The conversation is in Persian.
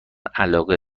علاقه